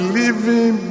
living